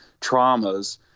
traumas